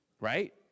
Right